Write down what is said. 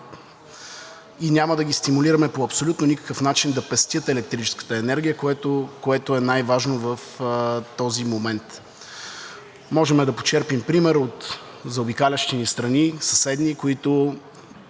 и няма да ги стимулираме по абсолютно никакъв начин да пестят електрическата енергия, което е най-важно в този момент. Можем да почерпим пример от заобикалящи ни съседни страни, в които